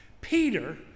Peter